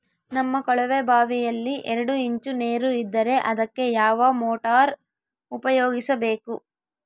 ನಮ್ಮ ಕೊಳವೆಬಾವಿಯಲ್ಲಿ ಎರಡು ಇಂಚು ನೇರು ಇದ್ದರೆ ಅದಕ್ಕೆ ಯಾವ ಮೋಟಾರ್ ಉಪಯೋಗಿಸಬೇಕು?